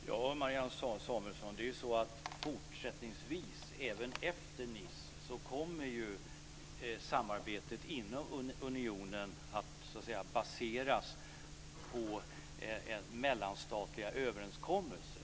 Fru talman! Det är så, Marianne Samuelsson, att fortsättningsvis, även efter Nice, kommer samarbetet inom unionen att baseras på mellanstatliga överenskommelser.